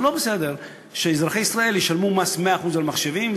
לא בסדר שאזרחי ישראל ישלמו מס 100% על מחשבים.